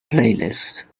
playlist